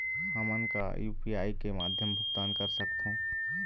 हमन का यू.पी.आई के माध्यम भुगतान कर सकथों?